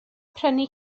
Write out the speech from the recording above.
prynu